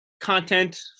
content